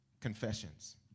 confessions